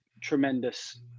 tremendous